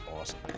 awesome